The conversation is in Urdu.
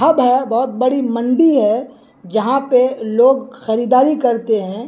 ہب ہے بہت بڑی منڈی ہے جہاں پہ لوگ خریداری کرتے ہیں